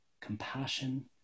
compassion